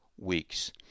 weeks